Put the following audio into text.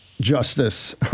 justice